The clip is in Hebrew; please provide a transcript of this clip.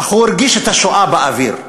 אך הוא הרגיש את השואה באוויר.